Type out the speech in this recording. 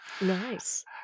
Nice